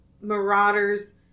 marauders